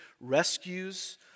rescues